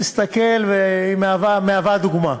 אני מסתכל, והיא מהווה דוגמה.